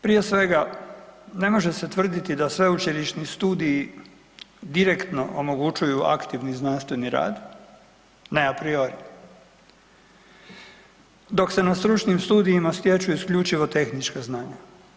Prije svega, ne može se tvrditi da sveučilišni studiji direktno omogućuju aktivni znanstveni rad ne a apriori dok se na stručnim studijima stječu isključivo tehnička znanja.